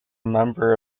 member